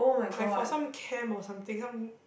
like for some camp or something some